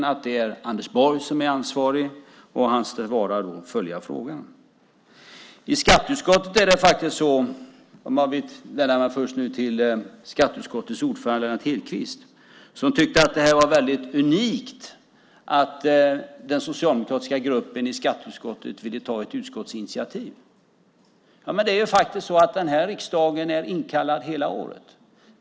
Då har man fått svaret att det är Anders Borg som är ansvarig, och hans svar är att han följer frågan. Skatteutskottets ordförande Lennart Hedquist tyckte att det var unikt att den socialdemokratiska gruppen i utskottet ville ta ett utskottsinitiativ. Den här riksdagen är faktiskt inkallad hela året.